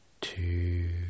two